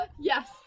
Yes